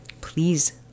Please